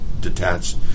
detached